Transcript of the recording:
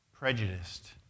Prejudiced